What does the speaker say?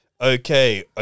okay